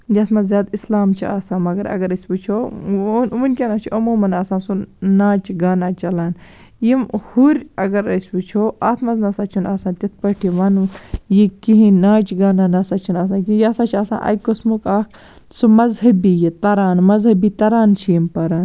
یَتھ منٛز زیادٕ اِسلام چھِ آسان مَگر اَگر أسۍ وُچھو وُہ ؤنکیٚنس چھُ عموٗمَن آسان سُہ ناچ گانا چلان یِم ہُرۍ اَگر أسۍ وُچھو اَتھ منٛز نسا چھُنہٕ آسان تِتھٕ پٲٹھۍ یہِ ونُن یہِ کِہیٖنٛۍ نہٕ ناچ گانہٕ چھُنہٕ آسان کِہیٖنٛۍ یہِ ہسا چھُ آسان اَکہِ قٔسمُک اکھ سُہ مَذہبی یہِ تَران مَذہبی ترانہٕ چھِ یِم پَران